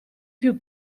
più